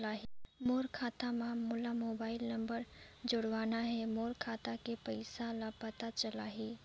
मोर खाता मां मोला मोबाइल नंबर जोड़वाना हे मोर खाता के पइसा ह पता चलाही?